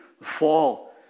fall